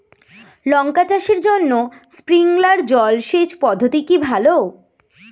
লঙ্কা চাষের জন্য স্প্রিংলার জল সেচ পদ্ধতি কি ভালো?